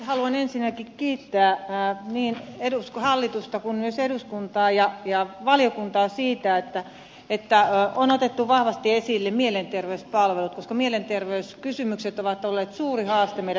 haluan ensinnäkin kiittää niin hallitusta kuin myös eduskuntaa ja valiokuntaa siitä että on otettu vahvasti esille mielenterveyspalvelut koska mielenterveyskysymykset ovat olleet suuri haaste meidän yhteiskunnallemme